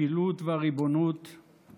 חינוך לשוויון מגדרי חובה),